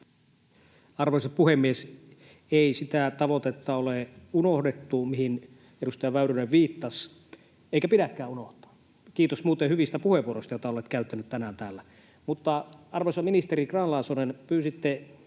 Arvoisa puhemies! Ei sitä tavoitetta ole unohdettu, mihin edustaja Väyrynen viittasi, eikä pidäkään unohtaa. Kiitos muuten hyvistä puheenvuoroista, joita olet käyttänyt tänään täällä. Mutta, arvoisa ministeri Grahn-Laasonen, pyysitte